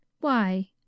Why